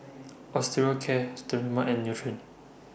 Osteocare Sterimar and Nutren